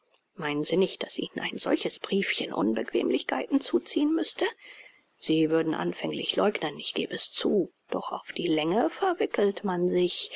meinen sie nicht daß ihnen ein solches briefchen unbequemlichkeiten zuziehen müßte sie würden anfänglich leugnen ich geb es zu doch auf die länge verwickelt man sich